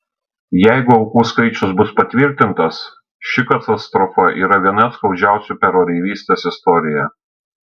jeigu aukų skaičius bus patvirtintas ši katastrofa yra viena skaudžiausių per oreivystės istoriją